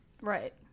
Right